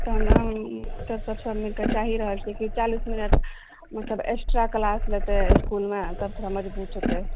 तऽ हम सब मिलिके चाहि रहल छियै कि चालिस मिनट मतलब एक्स्ट्रा क्लास लेतै इसकुलमे तऽ थोड़ा मजबूत हेतै